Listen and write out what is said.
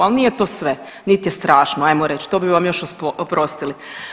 Ali nije to sve, nit je strašno ajmo reći, to bi vam još oprostili.